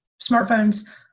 smartphones